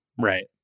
Right